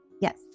yes